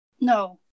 No